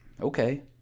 okay